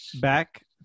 back